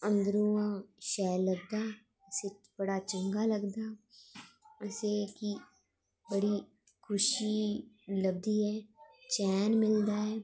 अन्दर इां शैल लगदा असैं बड़ा चंगा लगदा कि असैं बड़ी खुसी लब्भदी ऐ चैन लब्भदा ऐ कि